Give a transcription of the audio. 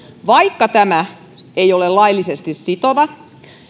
vaikka tämä ei ole laillisesti sitova